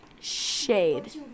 shade